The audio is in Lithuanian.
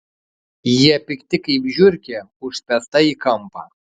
jie pikti kaip žiurkė užspęsta į kampą